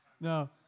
No